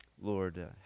Lord